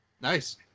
nice